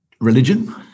religion